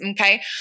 Okay